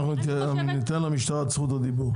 ניתן למשטרה את זכות הדיבור.